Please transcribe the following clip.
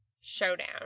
showdown